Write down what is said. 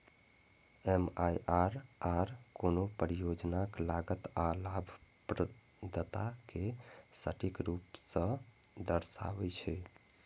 MIRR कोनो परियोजनाक लागत आ लाभप्रदता कें सटीक रूप सं दर्शाबै छै